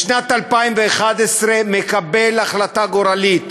בשנת 2011, מקבל החלטה גורלית.